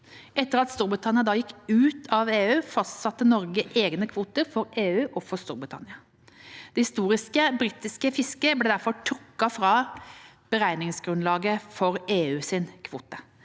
Etter at Storbritannia gikk ut av EU, fastsatte Norge egne kvoter for EU og for Storbritannia. Det historiske britiske fisket ble derfor trukket fra beregningsgrunnlaget for EUs kvote.